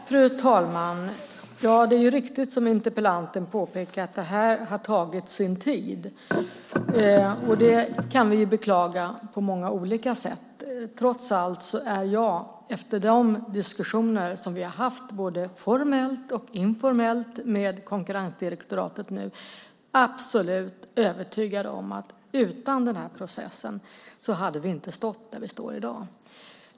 Fru talman! Det är riktigt som interpellanten påpekar att det här har tagit sin tid. Det kan vi beklaga på olika sätt. Trots allt är jag efter de diskussioner som vi har haft både formellt och informellt med konkurrensdirektoratet absolut övertygad om att utan den här processen hade vi inte stått där vi står i dag.